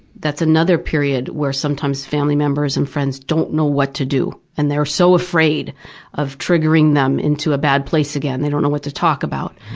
that's another period where sometimes family members and friends don't know what to do and they're so afraid of triggering them into a bad place, they don't know what to talk about.